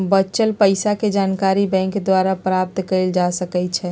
बच्चल पइसाके जानकारी बैंक द्वारा प्राप्त कएल जा सकइ छै